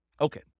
Okay